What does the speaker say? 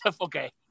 okay